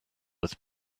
with